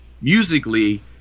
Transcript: musically